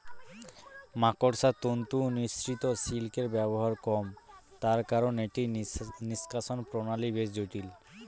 মাকড়সার তন্তু নিঃসৃত সিল্কের ব্যবহার কম, তার কারন এটির নিষ্কাশণ প্রণালী বেশ জটিল